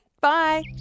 Bye